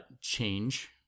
change